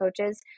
coaches